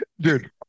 Dude